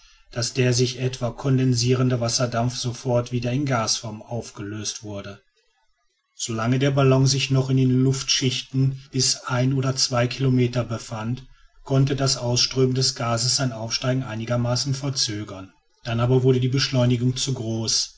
daß der sich etwa kondensierende wasserdampf sofort wieder in gasform aufgelöst wurde solange der ballon sich noch in den luftschichten bis ein oder zwei kilometer befand konnte das ausströmen des gases sein aufsteigen einigermaßen verzögern dann aber wurde die beschleunigung zu groß